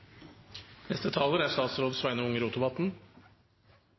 Neste taler er statsråd Sveinung Rotevatn.